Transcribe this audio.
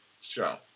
show